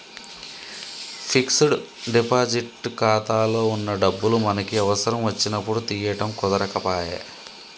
fixed deposit ఖాతాలో వున్న డబ్బులు మనకి అవసరం వచ్చినప్పుడు తీయడం కుదరకపాయె